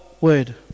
Word